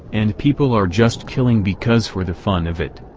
and people are just killing because for the fun of it.